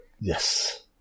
Yes